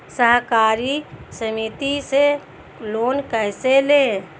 सहकारी समिति से लोन कैसे लें?